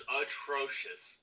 atrocious